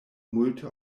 multe